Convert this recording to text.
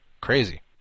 crazy